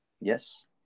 yes